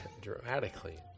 dramatically